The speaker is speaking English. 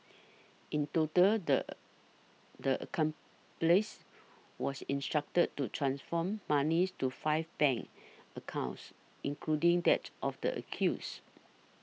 in total the the a come place was instructed to transfer monies to five bank accounts including that of the accused